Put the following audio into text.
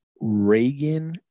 Reagan